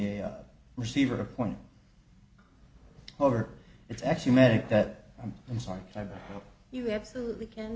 a receiver a point over it's actually magic that i'm sorry you absolutely